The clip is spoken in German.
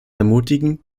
ermutigen